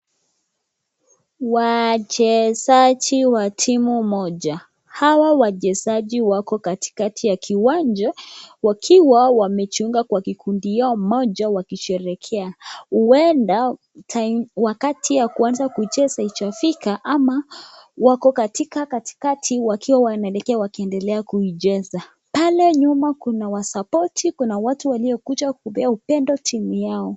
Wachezaji wa timu moja, hawa Wachezaji wako katikati ya kiwanja wakiwa wamejiunga kwa kikundi yao moja wakisherekea. Huenda wakati ya kuanza kucheza haijafika ama wako katika katikati wakiwa wakiendelea kuicheza. Pale nyuma kuna wasapoti kuna watu waliokuja kupea upendo timu yao.